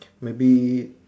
maybe